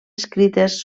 escrites